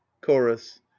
chorus